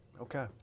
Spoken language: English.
Okay